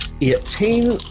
eighteen